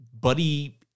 buddy